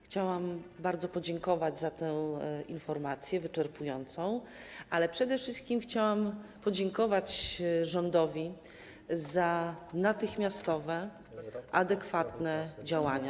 Chciałam bardzo podziękować za tę informację wyczerpującą, ale przede wszystkim chciałam podziękować rządowi za natychmiastowe, adekwatne działania.